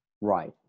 Right